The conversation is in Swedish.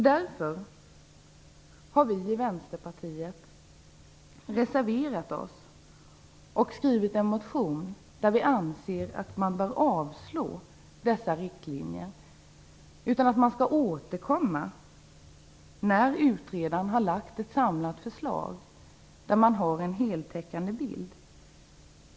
Därför har vi i Vänsterpartiet reserverat oss och skrivit en motion där vi anser att man bör avslå dessa riktlinjer. Vi anser att man skall återkomma när utredaren har lagt fram ett samlat förslag som ger en heltäckande bild.